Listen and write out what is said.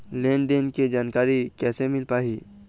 लेन देन के जानकारी कैसे मिल पाही?